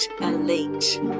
elite